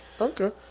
Okay